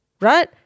right